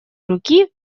руки